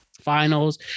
finals